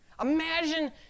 imagine